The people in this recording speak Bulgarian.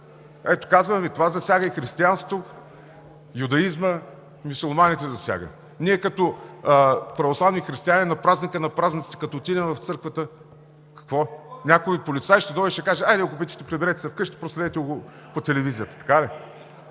Ето, казвам Ви, това засяга и християнството, и юдаизма, и мюсюлманите засяга. Като православни християни на Празника на празниците, като отидем в църквата – какво, някой полицай ще дойде и ще каже: „Хайде, ако обичате, приберете се вкъщи, проследете го по телевизията“, така ли?